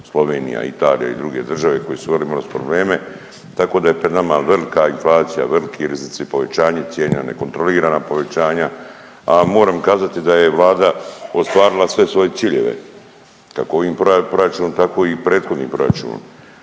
Slovenija, Italija i druge države koje su uvele imale su probleme. Tako da je pred nama velika inflacija, veliki rizici. Povećanje cijena, nekontrolirana povećanja, a moram kazati da je Vlada ostvarila sve svoje ciljeve kako ovim proračunom, tako i prethodnim proračunom.